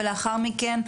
ולאחר מכן,